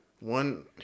One